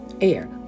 Air